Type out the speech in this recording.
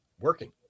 working